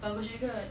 bagus juga